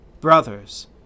Brothers